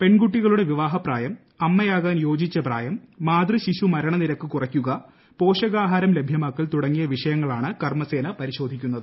പെൺകുട്ടികളുടെ വിവാഹപ്രായം അമ്മയാകാൻ യോജിച്ച പ്രായം മാതൃ ശിശു മരണനിരക്ക് കുറയ്ക്കുക പോഷകാഹാരം ലഭ്യമാക്കൽ തുടങ്ങിയ വിഷയങ്ങളാണ് കർമ്മസേന പരിശോധിക്കുന്നത്